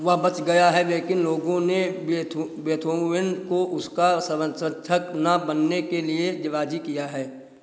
वह बच गया है लेकिन लोगों ने बीथ बीथोवेन को उसका संरक्षक न बनने के लिए राज़ी किया है